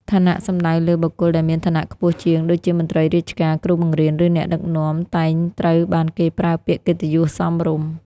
ឋានៈសំដៅលើ បុគ្គលដែលមានឋានៈខ្ពស់ជាងដូចជាមន្ត្រីរាជការ គ្រូបង្រៀន ឬអ្នកដឹកនាំ តែងត្រូវបានគេប្រើពាក្យកិត្តិយសសមរម្យ។